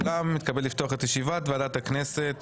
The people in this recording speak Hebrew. שלום, אני פותח את ישיבת ועדת הכנסת.